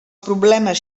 problemes